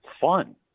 fun